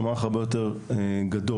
שהוא הרבה יותר גדול,